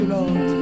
Lord